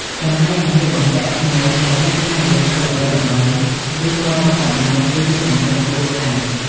ចំណែកសម្លៀកបំពាក់ថ្មីដែលមានម៉ាកយីហោល្បីៗ ឬម៉ូដទាន់សម័យគឺមានតម្លៃខ្ពស់ខ្លាំង។